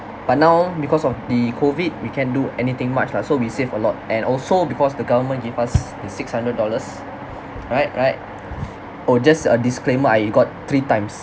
but now because of the COVID we can't do anything much lah so we save a lot and also because the government give us the six hundred dollars right right oh just a disclaimer I got three times